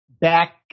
back